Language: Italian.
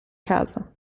caso